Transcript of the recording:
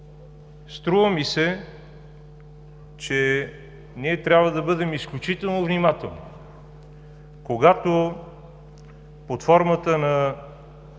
Струва ми се, че трябва да бъдем изключително внимателни, когато под формата на